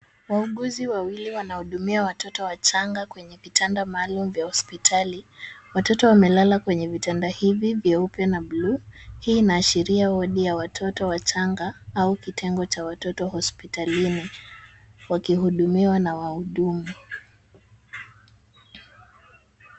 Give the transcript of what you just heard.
Wauguzi wawili wanahudumia watoto wachanga kwenye vitanda maalum vya hospitali. Watoto wamelala kwenye vitanda hivi vyeupe na bluu hii unaashiria wodi ya watoto wachanga au kitengo cha watoto hospitalini wakihudumiwa na wahudumu.